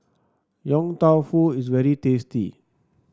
Yong Tau Foo is very tasty